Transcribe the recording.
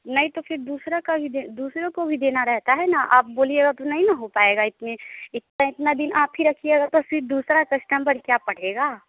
नहीं तो फिर दूसरा का भी दे दूसरो को भी देना रहता है न आप बोलिएगा तो नहीं ना हो पाएगा इतने इतने दिन आप ही रखिएगा तो फिर दूसरा कस्टमर क्या पढ़ेगा